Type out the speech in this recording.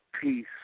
peace